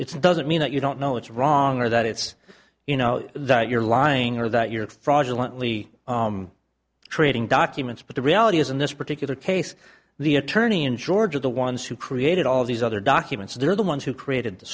it's doesn't mean that you don't know it's wrong or that it's you know that you're lying or that you're fraudulently trading documents but the reality is in this particular case the attorney in georgia the ones who created all these other documents they're the ones who created the